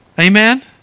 Amen